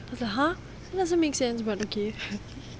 it's like !huh! it doesn't make sense but okay